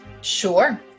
Sure